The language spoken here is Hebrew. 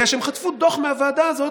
בגלל שהם חטפו דוח מהוועדה הזאת.